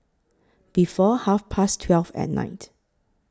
before Half Past twelve At Night